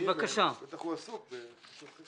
בטח הוא עסוק במשהו אחר.